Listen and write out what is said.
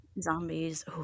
Zombies